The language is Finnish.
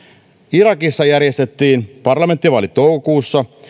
irakissa järjestettiin parlamenttivaalit toukokuussa